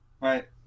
Right